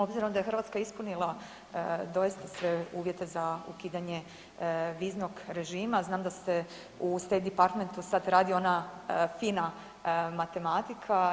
Obzirom da je Hrvatska ispunila doista sve uvjete za ukidanje viznog režima, znam da se u State Department sada radi ona fina matematika.